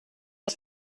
aus